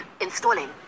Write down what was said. installing